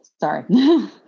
sorry